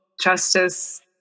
justice